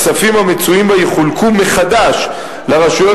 הכספים המצויים בה יחולקו מחדש לרשויות